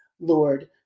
Lord